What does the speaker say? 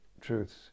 truths